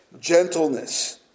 Gentleness